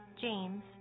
James